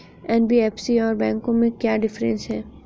NBFC और बैंकों में क्या डिफरेंस है?